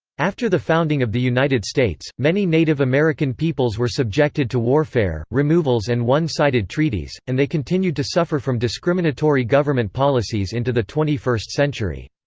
after the founding of the united states, many native american peoples were subjected to warfare, removals and one-sided treaties, and they continued to suffer from discriminatory government policies into the twenty first century.